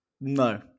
No